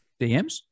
DMs